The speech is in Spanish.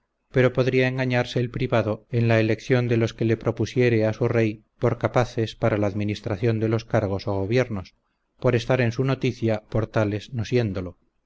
pero podría engañarse el privado en la elección de los que le propusiere a su rey por capaces para la administración de los cargos o gobiernos por estar en su noticia por tales no siéndolo